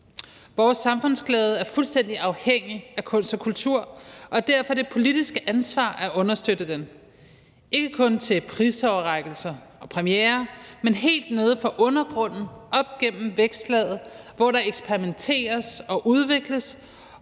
Vores samfundsglæde er fuldstændig afhængig af kunst og kultur, og derfor er det et politisk ansvar at understøtte den – ikke kun til prisoverrækkelser og premierer, men helt nede fra undergrunden, op gennem vækstlaget, hvor der eksperimenteres og udvikles,